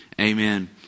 amen